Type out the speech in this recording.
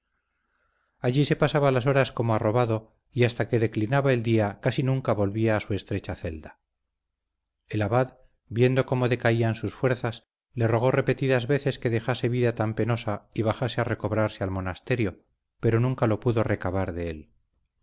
allí se pasaba las horas como arrobado y hasta que declinaba el día casi nunca volvía a su estrecha celda el abad viendo cómo decaían sus fuerzas le rogó repetidas veces que dejase vida tan penosa y bajase a recobrarse al monasterio pero nunca lo pudo recabar de él